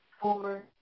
four